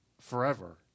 forever